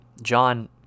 john